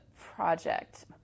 project